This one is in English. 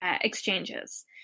exchanges